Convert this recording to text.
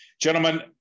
Gentlemen